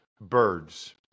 birds